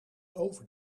over